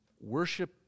worship